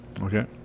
Okay